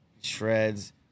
shreds